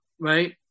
right